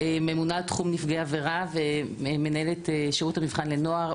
הממונה על תחום נפגעי העבירה ומנהלת שירות המבחן לנוער,